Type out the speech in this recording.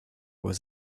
was